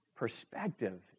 perspective